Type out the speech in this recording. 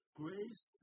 grace